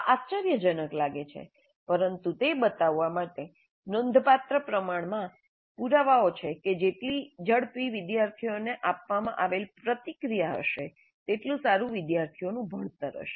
આ આશ્ચર્યજનક લાગે છે પરંતુ તે બતાવવા માટે નોંધપાત્ર પ્રમાણમાં પુરાવા છે કે જેટ્લી ઝડપી વિદ્યાર્થીઓને આપવામાં આવેલ પ્રતિક્રિયા હશે તેટલું સારું વિદ્યાર્થીઓનું ભણતર હશે